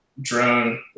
drone